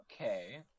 Okay